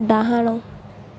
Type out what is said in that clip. ଡାହାଣ